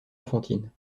enfantine